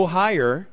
higher